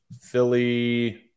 Philly